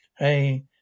Hey